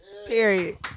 Period